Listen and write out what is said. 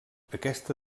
aquesta